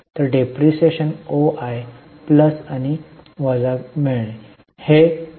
तर डेप्रिसिएशन ओआय प्लस आणि वजा मिळणे